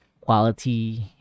quality